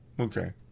Okay